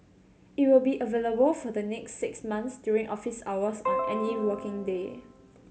it will be available for the next six months during office hours on any working day